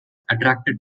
attracted